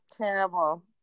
terrible